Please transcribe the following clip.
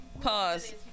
pause